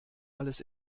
alles